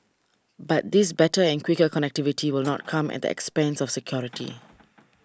but this better and quicker connectivity will not come at the expense of security